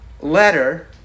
letter